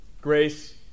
Grace